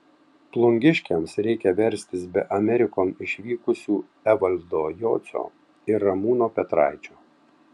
plungiškiams reikia verstis be amerikon išvykusių evaldo jocio ir ramūno petraičio